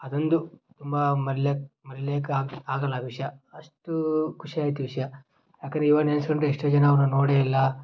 ಅದೊಂದು ತುಂಬ ಮರಿಲಿಕ್ ಮರೀಲಿಕ್ಕೆ ಆಗು ಆಗೋಲ್ಲ ಆ ವಿಷಯ ಅಷ್ಟೂ ಖುಷಿ ಆಯಿತು ವಿಷಯ ಯಾಕರೆ ಇವಾಗ ನೆನೆಸ್ಕೊಂಡ್ರೆ ಎಷ್ಟೋ ಜನ ಅವ್ರನ್ನು ನೋಡೇ ಇಲ್ಲ